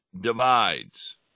divides